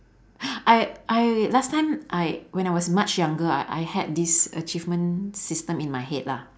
I I last time I when I was much younger I I had this achievement system in my head lah